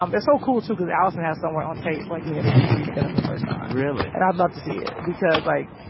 um it's so cool, too, because allison has somewhere on tape, like, me and aziz reading together for the first time really? and i'd love to see it because, like,